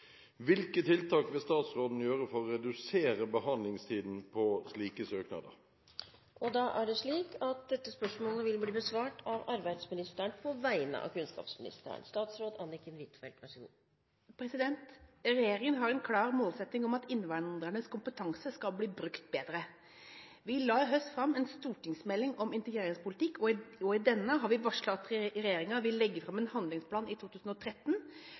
Hvilke tiltak vil statsråden gjøre for å redusere behandlingstiden på slike søknader?» Regjeringen har en klar målsetting om at innvandrernes kompetanse skal bli brukt bedre. Vi la i høst fram en stortingsmelding om integreringspolitikk, og i denne har vi varslet at regjeringen vil legge fram en handlingsplan i 2013